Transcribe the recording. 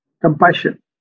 compassion